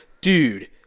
dude